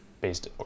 based